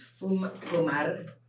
Fumar